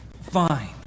Fine